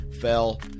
fell